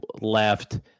left